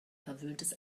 verwöhntes